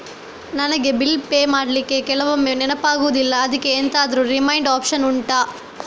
ನನಗೆ bill pay ಮಾಡ್ಲಿಕ್ಕೆ ಕೆಲವೊಮ್ಮೆ ನೆನಪಾಗುದಿಲ್ಲ ಅದ್ಕೆ ಎಂತಾದ್ರೂ ರಿಮೈಂಡ್ ಒಪ್ಶನ್ ಉಂಟಾ